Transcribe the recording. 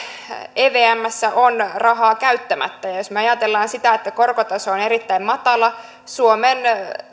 evmssä on rahaa käyttämättä ja ja jos me ajattelemme sitä että korkotaso on erittäin matala suomen